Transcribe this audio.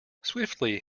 swiftly